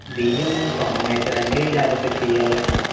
బియ్యం సోనామసూరి అండి లేకపోతే పిఎల్ అండి